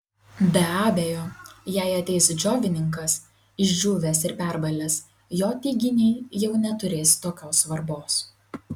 be abejo jei ateis džiovininkas išdžiūvęs ir perbalęs jo teiginiai jau neturės tokios svarbos